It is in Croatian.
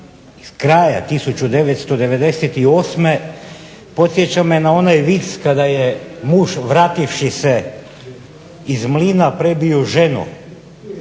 s kraja 1998. podsjeća me na onaj vic kada je muž vrativši iz mlina prebio ženu